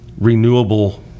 renewable